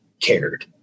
cared